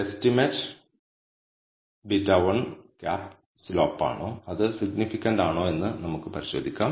estimate β̂1 സ്ലോപ്പാണോ അത് significant ആണോ എന്ന് നമുക്ക് പരിശോധിക്കാം